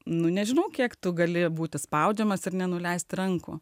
nu nežinau kiek tu gali būti spaudžiamas ir nenuleisti rankų